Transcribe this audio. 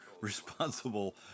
responsible